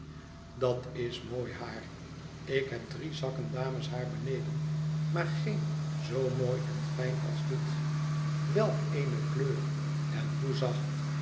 dat is mooi haar ik heb drie zakken dameshaar beneden maar geen zoo mooi en fijn als dit welk eene kleur en hoe zacht